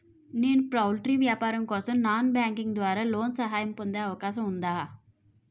నేను పౌల్ట్రీ వ్యాపారం కోసం నాన్ బ్యాంకింగ్ ద్వారా లోన్ సహాయం పొందే అవకాశం ఉందా?